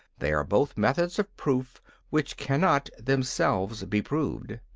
they are both methods of proof which cannot themselves be proved.